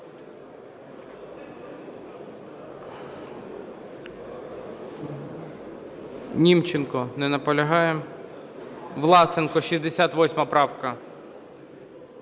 Німченко. Не наполягає. Власенко, 68 правка.